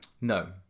no